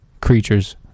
creatures